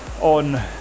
on